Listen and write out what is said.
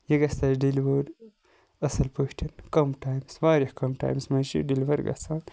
یہِ گَژھِ تَس ڈیٚلِوٲڑ اَصل پٲٹھۍ کَم ٹایمَس واریاہ کَم ٹایمَس مَنٛز چھُ یہِ ڈیٚلِوَر گَژھان